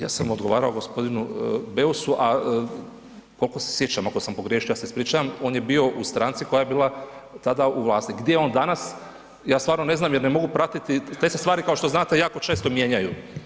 Ja sam odgovarao g. Beusu, a kolko se sjećam ako sam pogriješio ja se ispričavam, on je bio u stranci koja je bila tada u vlasti, gdje je on danas ja stvarno ne znam jer ne mogu pratiti, te se stvari kao što znate jako često mijenjaju.